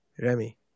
Remy